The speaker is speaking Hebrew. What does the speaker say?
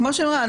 כמו שהיא אמרה,